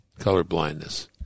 colorblindness